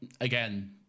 again